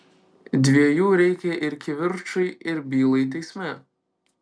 dviejų reikia ir kivirčui ir bylai teisme